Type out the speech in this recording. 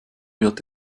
wird